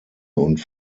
und